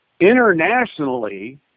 internationally